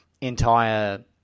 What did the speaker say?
entire